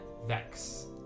Vex